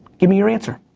give me your answer.